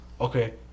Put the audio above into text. Okay